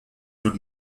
would